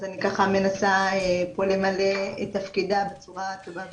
אז אני מנסה פה למלא את תפקידה בצורה הטובה ביותר.